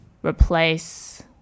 replace